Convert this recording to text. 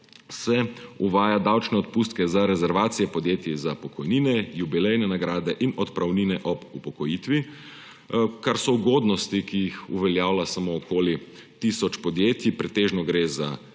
se uvaja davčne odpustke za rezervacije podjetij za pokojnine, jubilejne nagrade in odpravnine ob upokojitvi, kar so ugodnosti, ki jih uveljavlja samo okoli tisoč podjetij. Pretežno gre za